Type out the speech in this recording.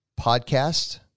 podcast